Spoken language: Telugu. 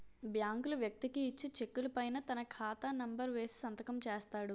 బ్యాంకులు వ్యక్తికి ఇచ్చే చెక్కుల పైన తన ఖాతా నెంబర్ వేసి సంతకం చేస్తాడు